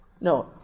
No